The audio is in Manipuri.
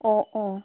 ꯑꯣ ꯑꯣ